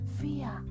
fear